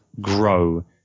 grow